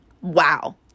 Wow